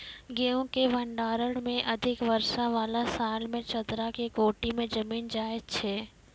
गेहूँ के भंडारण मे अधिक वर्षा वाला साल मे चदरा के कोठी मे जमीन जाय छैय?